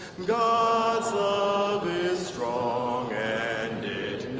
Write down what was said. god's love is strong and it